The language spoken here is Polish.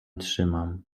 trzymam